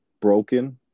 broken